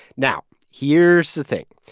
now, here's the thing.